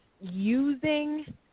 using